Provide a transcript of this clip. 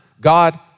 God